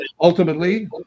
Ultimately